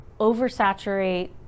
oversaturate